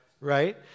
right